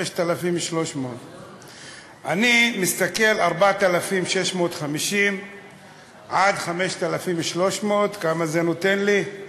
5,300. אני משתכר 4,650 עד 5,300, כמה זה נותן לי?